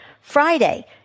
Friday